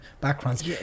backgrounds